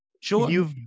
Sure